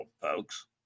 folks